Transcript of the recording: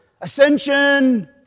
Ascension